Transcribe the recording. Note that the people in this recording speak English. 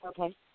Okay